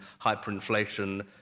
hyperinflation